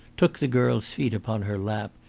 took the girl's feet upon her lap,